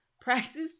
Practice